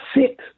sit